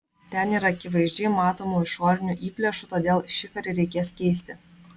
ten yra akivaizdžiai matomų išorinių įplėšų todėl šiferį reikės keisti